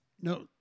No